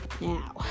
now